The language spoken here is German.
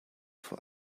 vor